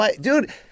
Dude